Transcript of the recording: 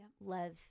love